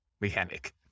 mechanic